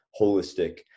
holistic